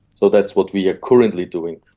so that's what we are currently doing.